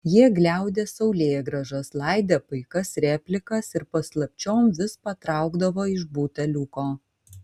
jie gliaudė saulėgrąžas laidė paikas replikas ir paslapčiom vis patraukdavo iš buteliuko